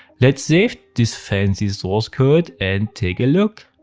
let's save this fancy source code and take a look.